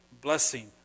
blessing